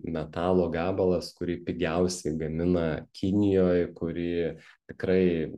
metalo gabalas kurį pigiausiai gamina kinijoj kurį tikrai